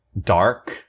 dark